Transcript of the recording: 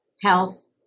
health